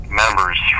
members